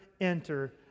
enter